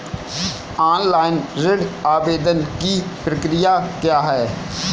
Online ऋण आवेदन की प्रक्रिया क्या है?